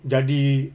jadi